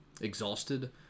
exhausted